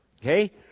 Okay